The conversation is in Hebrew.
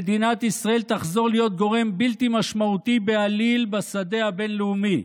מדינת ישראל תחזור להיות גורם בלתי משמעותי בעליל בשדה הבין-לאומי,